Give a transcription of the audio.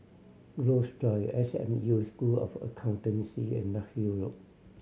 Groves Drive S M U School of Accountancy and Larkhill Road